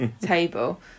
table